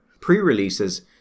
pre-releases